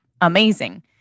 amazing